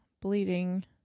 bleeding